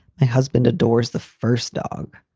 my husband adores the first dog.